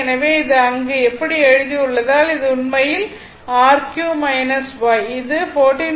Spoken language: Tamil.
எனவே அது அங்கு இப்படி எழுதியுள்ளதால் அது உண்மையில் r q y